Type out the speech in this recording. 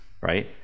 right